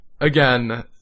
again